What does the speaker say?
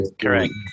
Correct